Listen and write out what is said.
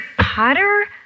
Potter